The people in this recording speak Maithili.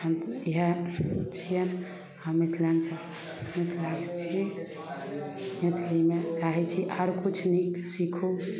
हम इएह छियनि हम मिथिलाञ्चल मिथिलाके छी मैथिलीमे चाहै छी आर किछु नहि सीखू